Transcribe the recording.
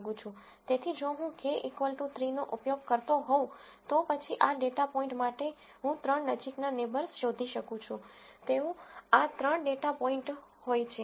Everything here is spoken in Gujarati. તેથી જો હું k 3 નો ઉપયોગ કરતો હોઉં તો પછી આ ડેટા પોઇન્ટ માટે હું ત્રણ નજીકના નેબર્સ શોધી શકું છું તેઓ આ ત્રણ ડેટા પોઈન્ટ હોય છે